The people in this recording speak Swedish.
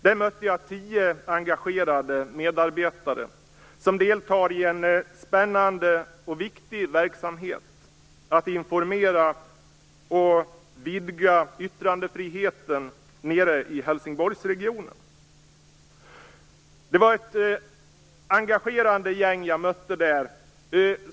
Där mötte jag tio engagerade medarbetare som deltar i en spännande och viktig verksamhet för att informera och vidga yttrandefriheten i Helsingborgsregionen. Det var ett engagerat gäng jag mötte där.